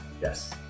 Yes